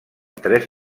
tres